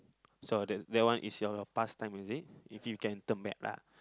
so that that one is your past time is it if you can turn back lah